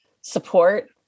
support